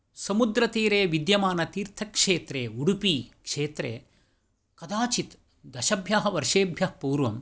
समुद्रतीरे विद्यमानतीर्थक्षेत्रे उडुपिक्षेत्रे कदाचित् दशभ्यः वर्षेभ्यः पूर्वं